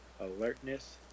alertness